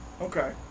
Okay